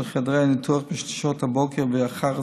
חדרי הניתוח בשעות הבוקר ואחר הצוהריים.